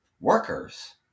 workers